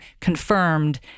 confirmed